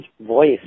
voice